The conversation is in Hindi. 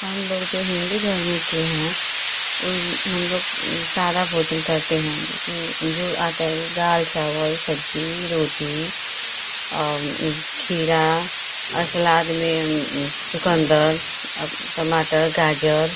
हम लोग जो हिन्दू धर्म के हैं वह हम लोग सादा भोजन करते हैं जोकि जो आता है दाल चावल सब्ज़ी रोटी औ खीरा सलाद में चुकंदर अब टमाटर गाजर